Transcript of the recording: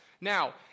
Now